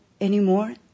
anymore